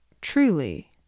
truly